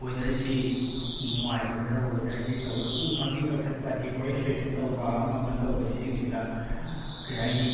ꯋꯦꯗꯔꯁꯤ ꯅꯨꯡꯉꯥꯏꯖꯒꯗꯕ ꯋꯦꯗꯔꯁꯤ ꯇꯧꯕꯗ ꯎ ꯄꯥꯟꯕꯤ ꯀꯛꯊꯠꯄ ꯗꯤꯐꯣꯔꯦꯁꯇꯦꯁꯟ ꯇꯧꯕ ꯑꯃ ꯑꯃ ꯇꯧꯕ ꯁꯤꯁꯤꯡꯁꯤꯗ ꯀꯔꯤ ꯍꯥꯏꯅꯤ